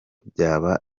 byaba